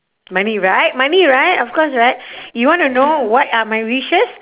money right money right of course right you want to know what are my wishes